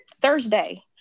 Thursday